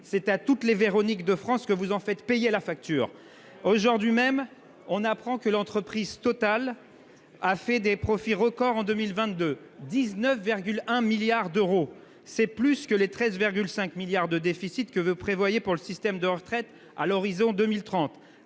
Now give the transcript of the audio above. c'est à toutes les Véronique de France que vous en faites payer la facture ! Aujourd'hui même, on apprend que l'entreprise Total a réalisé en 2022 des profits record : 19,1 milliards d'euros ! C'est plus que les 13,5 milliards d'euros de déficit que vous prévoyez pour le système de retraites à l'horizon de 2030.